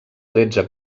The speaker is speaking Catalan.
tretze